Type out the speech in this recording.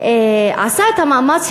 עשה את המאמץ,